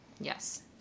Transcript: yes